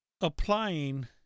applying